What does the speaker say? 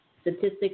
Statistics